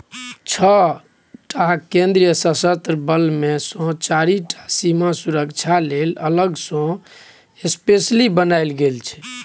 छअ टा केंद्रीय सशस्त्र बल मे सँ चारि टा सीमा सुरक्षा लेल अलग सँ स्पेसली बनाएल गेल छै